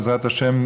בעזרת השם,